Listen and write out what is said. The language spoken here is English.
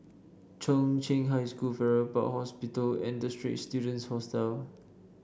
Chung Cheng High School Farrer Park Hospital and The Straits Students Hostel